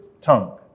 tongue